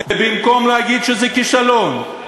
ובמקום להגיד שזה כישלון,